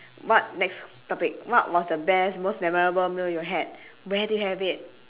what next topic what was the best most memorable meal you had where did you have it